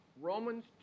Romans